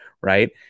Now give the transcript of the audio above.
right